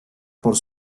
por